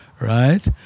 Right